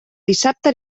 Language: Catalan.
dissabte